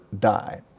die